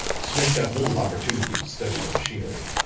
smith got little opportunity to study the machinery.